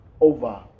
over